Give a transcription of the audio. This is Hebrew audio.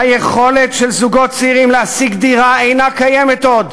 היכולת של זוגות צעירים להשיג דירה אינה קיימת עוד,